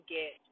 get